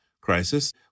crisis